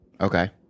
Okay